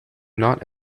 not